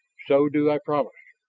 so do i promise!